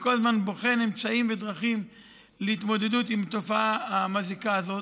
וכל הזמן בוחן אמצעים ודרכים להתמודדות עם התופעה המזיקה הזאת.